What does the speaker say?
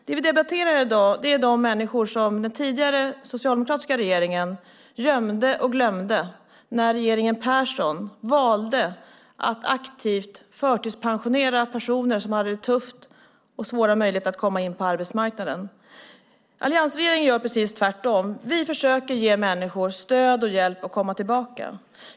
Det vi debatterar i dag är de människor som den tidigare socialdemokratiska regeringen gömde och glömde när regeringen Persson valde att aktivt förtidspensionera personer som hade det tufft och hade det svårt att komma in på arbetsmarknaden. Alliansregeringen gör precis tvärtom. Vi försöker ge människor stöd och hjälp att komma tillbaka.